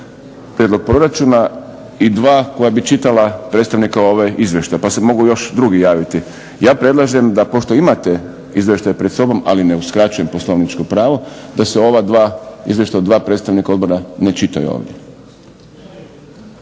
prijedlog proračuna i 2 koja bi čitala predstavnika ovaj izvještaj, pa se mogu još drugi javiti. Ja predlažem da pošto imate izvještaj pred sobom, ali ne uskraćujem poslovničko pravo da se ova dva izvještaja od dva predstavnika odbora ne čitaju ovdje,